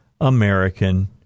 American